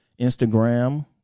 Instagram